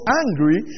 angry